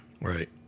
Right